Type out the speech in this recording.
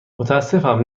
متاسفم